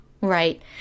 right